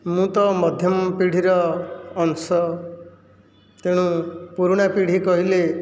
ମୁଁ ତ ମଧ୍ୟମ ପିଢ଼ୀର ଅଂଶ ତେଣୁ ପୁରୁଣା ପିଢ଼ୀ କହିଲେ